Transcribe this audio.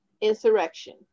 insurrection